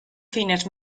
fines